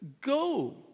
go